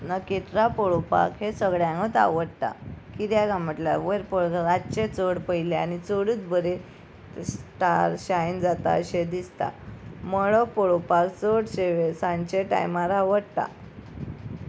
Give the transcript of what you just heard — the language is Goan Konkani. नखेत्रां पळोवपाक हे सगळ्यांकूच आवडटा किद्या काय म्हटल्यार वयर रातचे चड पयल्यार आनी चडूच बरें स्टार शायन जाता अशें दिसता मळब पळोवपाक चडशे वेळ सांजचे टायमार आवडटा